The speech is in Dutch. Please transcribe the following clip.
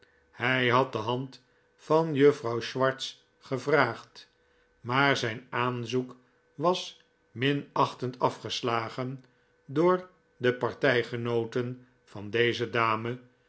hij had de hand van juffrouw swartz gevraagd maar zijn aanzoek was minachtend afgeslagen door de partijgenooten van deze dame